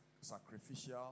Sacrificial